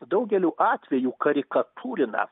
daugeliu atvejų karikatūrina